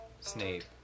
Snape